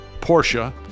Porsche